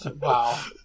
Wow